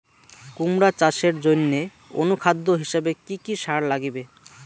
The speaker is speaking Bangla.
কুমড়া চাষের জইন্যে অনুখাদ্য হিসাবে কি কি সার লাগিবে?